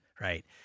Right